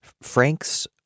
Frank's